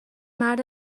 مرد